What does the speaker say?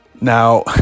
Now